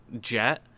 jet